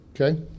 Okay